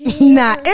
Nah